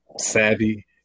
savvy